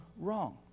wrong